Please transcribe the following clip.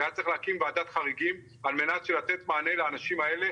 שהיה צריך להקים ועדת חריגים על מנת לתת מענה לאנשים האלה,